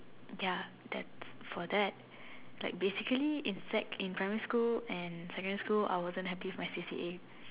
ya that's for that like basically in sec in primary and secondary school I wasn't happy with my C_C_A